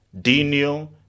Dino